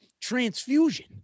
transfusion